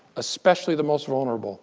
especially the most vulnerable